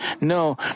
No